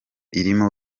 irimo